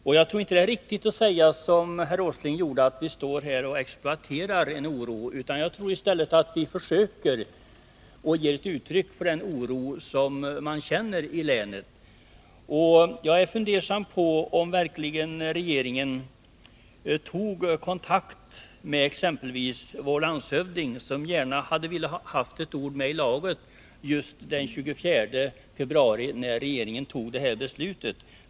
Det är nog inte riktigt att som herr Åsling säga att vi står här och exploaterar en oro. I stället tror jag att man kan säga att vi försöker att ge uttryck för den oro som man känner i länet. Jag undrar om regeringen verkligen tog kontakt med exempelvis vår landshövding, som gärna hade velat ha ett ord med i laget just den 24 februari, när regeringen fattade det här beslutet.